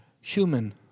human